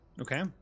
Okay